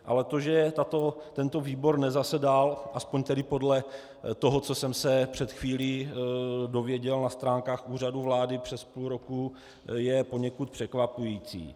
Ale to, že tento výbor nezasedal, aspoň tedy podle toho, co jsem se před chvílí dověděl na stránkách Úřadu vlády, přes půl roku, je poněkud překvapující.